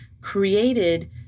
created